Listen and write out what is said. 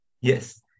Yes